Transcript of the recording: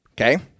okay